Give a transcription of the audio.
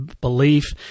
belief